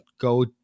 go